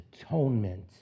atonement